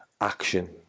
action